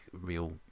real